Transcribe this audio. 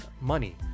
money